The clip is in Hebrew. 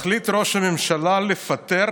מחליט ראש הממשלה לפטר